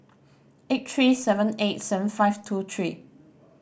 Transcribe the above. eight three seven eight seven five two three